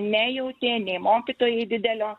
nejautė nei mokytojai didelio